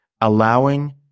allowing